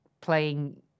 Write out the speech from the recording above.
playing